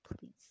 please